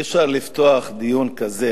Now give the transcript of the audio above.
אי-אפשר לפתוח דיון כזה